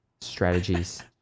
strategies